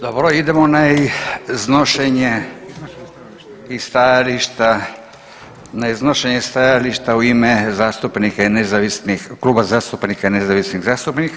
Dobro, idemo na iznošenje stajališta, na iznošenje stajališta u ime zastupnika i nezavisnih, kluba zastupnika i nezavisnih zastupnika.